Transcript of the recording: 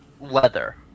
leather